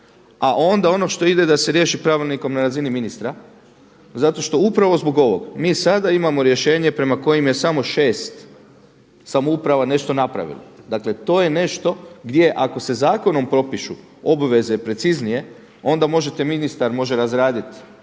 a onda ono što ide da se riješi pravilnikom na razini ministra zato što upravo zbog ovog mi sada imamo rješenje prema kojem je samo 6 samouprava nešto napravilo. Dakle, to je nešto gdje ako se zakonom propišu obveze preciznije onda možete, ministar može razraditi